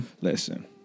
listen